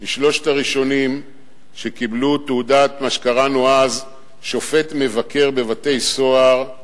משלושת הראשונים שקיבלו מה שקראנו אז "תעודת שופט מבקר בבתי-סוהר",